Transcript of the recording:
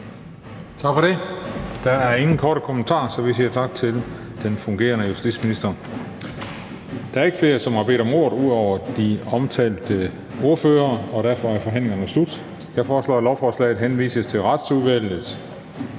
Tak for det. Der er ingen kommentarer, så vi siger tak til den fungerende justitsminister. Der er ikke flere, som har bedt om ordet, og derfor er forhandlingen slut. Jeg foreslår, at lovforslaget henvises til Retsudvalget.